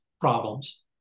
problems